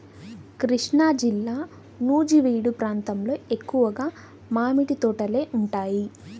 కృష్ణాజిల్లా నూజివీడు ప్రాంతంలో ఎక్కువగా మామిడి తోటలే ఉంటాయి